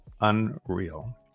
unreal